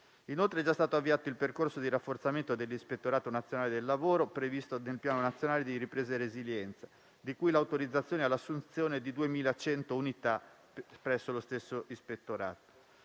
Inoltre è già stato avviato il percorso di rafforzamento dell'Ispettorato nazionale del lavoro, previsto nel Piano nazionale di ripresa e resilienza, da cui l'autorizzazione all'assunzione di 2.100 unità presso lo stesso Ispettorato.